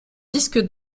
disque